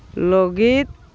ᱞᱟᱹᱜᱤᱫ